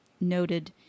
noted